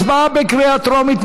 הצבעה בקריאה טרומית.